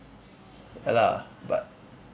ya lah but